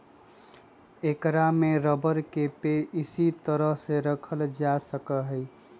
ऐकरा में रबर के पेड़ इसी तरह के रखल जा सका हई